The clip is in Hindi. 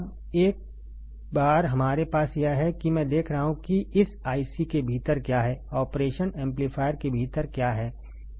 अब एक बार हमारे पास यह है कि मैं देख रहा हूं कि इस IC के भीतर क्या है ऑपरेशन एम्पलीफायर के भीतर क्या है